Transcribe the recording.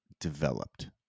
developed